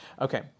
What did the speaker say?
Okay